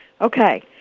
Okay